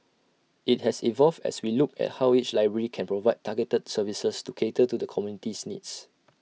IT has evolved as we look at how each library can provide targeted services to cater to the community's needs